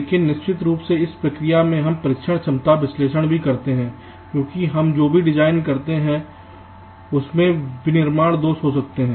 लेकिन निश्चित रूप से इस प्रक्रिया में हम परीक्षण क्षमता विश्लेषण भी करते हैं क्योंकि हम जो भी डिजाइन करते हैं उसमें विनिर्माण दोष हो सकते हैं